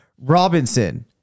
Robinson